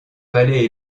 palais